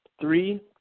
Three